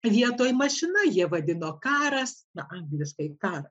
vietoj mašina jie vadino karas na angliškai kar